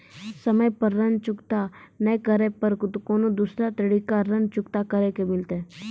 समय पर ऋण चुकता नै करे पर कोनो दूसरा तरीका ऋण चुकता करे के मिलतै?